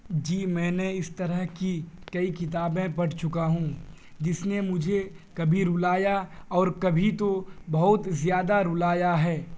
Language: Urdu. جی میں نے اس طرح کی کئی کتابیں پڑھ چکا ہوں جس نے مجھے کبھی رلایا اور کبھی تو بہت زیادہ رلایا ہے